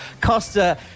Costa